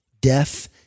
death